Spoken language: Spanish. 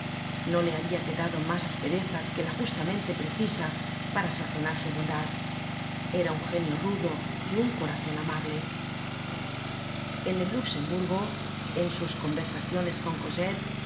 no le habia quedado mas aspereza que la justamente precisa para sazonar su bondad era un genio rudo y un corazon amable en el luxemburgo en sus conversaciones con cosette